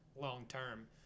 long-term